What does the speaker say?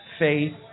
faith